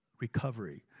Recovery